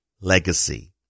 legacy